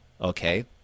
Okay